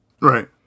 Right